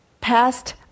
past